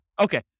Okay